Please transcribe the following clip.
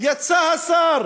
יצאו השר